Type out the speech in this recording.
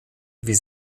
wie